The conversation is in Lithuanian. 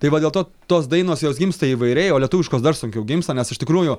tai va dėl to tos dainos jos gimsta įvairiai o lietuviškos dar sunkiau gimsta nes iš tikrųjų